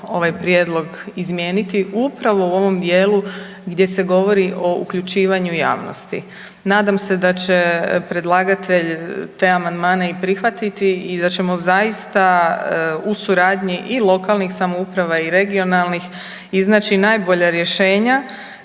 ovaj prijedlog izmijeniti upravo u ovom dijelu gdje se govori o uključivanju javnosti. Nadam se da će predlagatelj te amandmane i prihvatiti i da ćemo zaista u suradnji i lokalnih samouprava i regionalnih iznaći najbolja rješenja